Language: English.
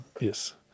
yes